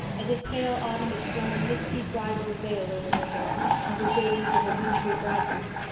as if pale autumn had flung a misty bridal veil over her hair and was waiting for her wintry bridegroom.